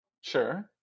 Sure